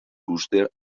clúster